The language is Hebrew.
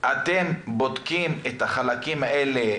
אתם בודקים את החלקים האלה,